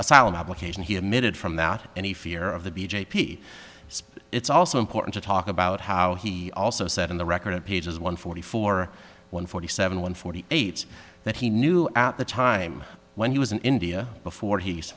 asylum application he admitted from that any fear of the b j p it's also important to talk about how he also said in the record of pages one forty four one forty seven one forty eight that he knew at the time when he was in india before he's